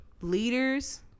leaders